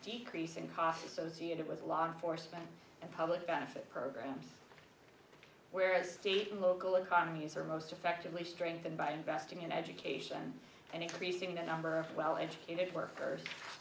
decrease in costs associated with law enforcement and public benefit programs where state and local economies are most effectively strengthened by investing in education and increasing the number of well educated workers